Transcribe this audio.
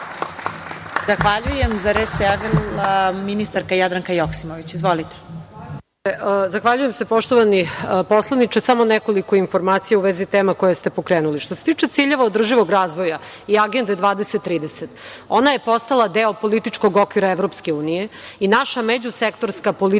Zahvaljujem.Za reč se javila ministarka Jadranka Joksimović. Izvolite. **Jadranka Joksimović** Zahvaljujem se. Poštovani poslaniče, samo nekoliko informacija u vezi tema koje ste pokrenuli. Što se tiče ciljeva održivog razvoja i Agende 2030, ona je postala deo političkog okvira EU i naša međusektorska politika